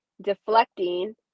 deflecting